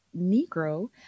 Negro